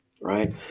right